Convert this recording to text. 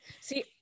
see